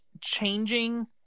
changing